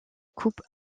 coupes